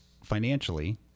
financially